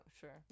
sure